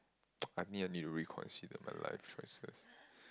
I think I need to reconsider my life choices